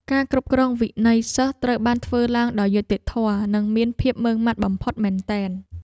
ការគ្រប់គ្រងវិន័យសិស្សត្រូវបានធ្វើឡើងដោយយុត្តិធម៌និងមានភាពម៉ឺងម៉ាត់បំផុតមែនទែន។